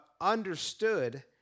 understood